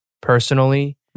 personally